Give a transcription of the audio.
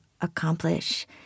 accomplish